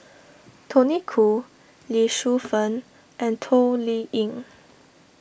Tony Khoo Lee Shu Fen and Toh Liying